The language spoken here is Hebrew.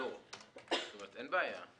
אין בעיה.